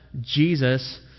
Jesus